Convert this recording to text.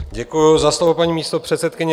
Děkuju za slovo, paní místopředsedkyně.